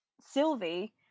Sylvie